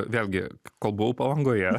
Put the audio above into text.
vėlgi kol buvau palangoje